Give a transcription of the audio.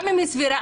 גם אם היא סבירה,